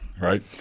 right